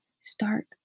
start